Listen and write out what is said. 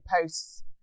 posts